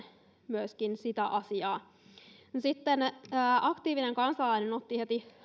myöskin sitä asiaa aktiivinen kansalainen otti heti